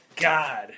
God